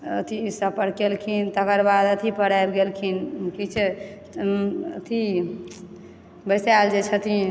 अथि सभपर केलखिन तकर बाद एथि पर आबि गेलखिन किछै अथि बैसायल जे छथिन